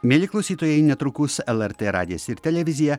mieli klausytojai netrukus lrt radijas ir televizija